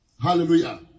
Hallelujah